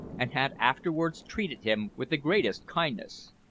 and had afterwards treated him with the greatest kindness.